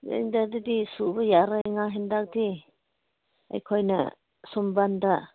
ꯒ꯭ꯔꯥꯏꯟꯗꯔꯗꯗꯤ ꯁꯨꯕ ꯌꯥꯔꯣꯏ ꯉꯥ ꯍꯦꯟꯇꯥꯛꯇꯤ ꯑꯩꯈꯣꯏꯅ ꯁꯨꯝꯕꯟꯗ